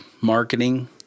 marketing